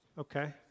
Okay